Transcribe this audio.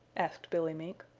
asked billy mink.